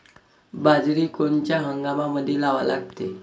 बाजरी कोनच्या हंगामामंदी लावा लागते?